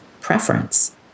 preference